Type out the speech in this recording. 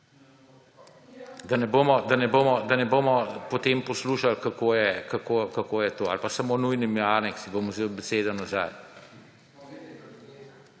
Da ne bomo potem poslušali, kako je to. Ali pa samo z nujnimi aneksi, bom vzel besedo nazaj.